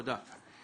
תודה.